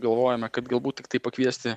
galvojome kad galbūt tiktai pakviesti